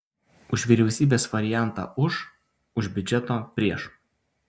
už vyriausybės variantą už už biudžeto prieš